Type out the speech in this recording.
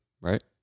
right